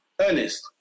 Ernest